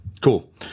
Cool